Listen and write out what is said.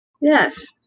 Yes